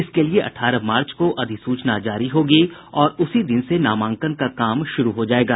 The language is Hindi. इसके लिये अठारह मार्च को अधिसूचना जारी होगी और उसी दिन से नामांकन का काम शुरू हो जायेगा